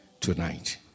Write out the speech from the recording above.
tonight